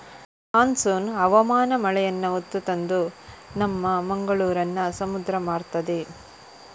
monsoon ಹವಾಮಾನ ಮಳೆಯನ್ನ ಹೊತ್ತು ತಂದು ನಮ್ಮ ಮಂಗಳೂರನ್ನ ಸಮುದ್ರ ಮಾಡ್ತದೆ